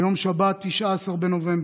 ביום שבת, 19 בנובמבר,